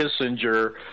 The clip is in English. Kissinger